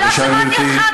אבל לא שמעתי אותך,